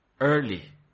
early